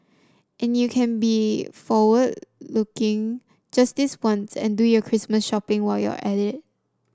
and you can be forward looking just this once and do your Christmas shopping while you're at it